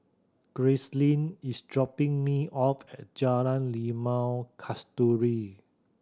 Gracelyn is dropping me off at Jalan Limau Kasturi